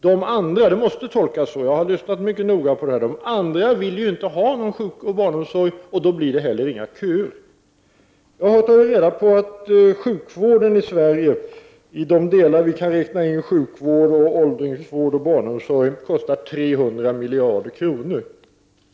De övriga — jag har lyssnat mycket noga och jag kan inte tolka det på annat sätt — vill inte ha någon sjukvård och barnomsorg och då blir det heller inte några köer. Jag har tagit reda på att sjukvården, åldringsvården och barnomsorgen i Sverige sammantaget kostar 300 miljarder kronor.